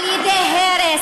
על-ידי הרס,